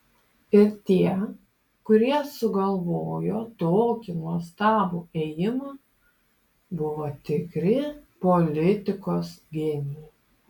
ir tie kurie sugalvojo tokį nuostabų ėjimą buvo tikri politikos genijai